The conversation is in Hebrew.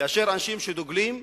כאשר אנשים שדוגלים בשלום,